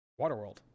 Waterworld